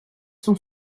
son